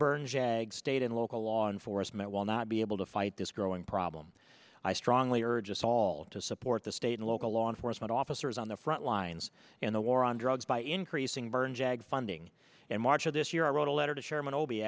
burn jag state and local law enforcement will not be able to fight this growing problem i strongly urge assault to support the state and local law enforcement officers on the frontlines in the war on drugs by increasing burn jag funding in march of this year i wrote a letter to chairman o